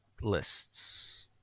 lists